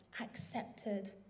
accepted